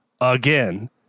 again